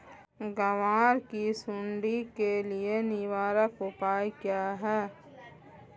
ग्वार की सुंडी के लिए निवारक उपाय क्या है?